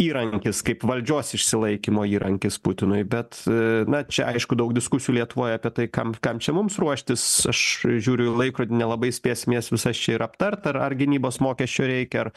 įrankis kaip valdžios išsilaikymo įrankis putinui bet na čia aišku daug diskusijų lietuvoje apie tai kam kam čia mums ruoštis aš žiūriu į laikrodį nelabai spėsim jas visas čia ir aptart ar ar gynybos mokesčio reikia ar